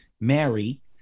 Mary